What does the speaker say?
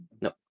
No